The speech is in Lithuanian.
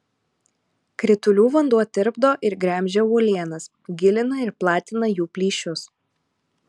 kritulių vanduo tirpdo ir gremžia uolienas gilina ir platina jų plyšius